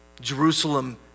Jerusalem